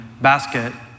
basket